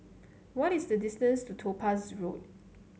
what is the distance to Topaz Road